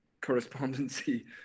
correspondency